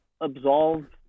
absolve